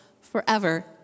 forever